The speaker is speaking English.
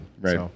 Right